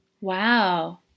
Wow